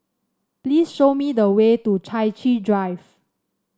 please show me the way to Chai Chee Drive